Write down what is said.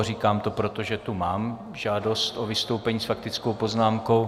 Říkám to proto, že tu mám žádost o vystoupení s faktickou poznámkou.